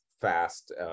fast